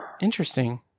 Interesting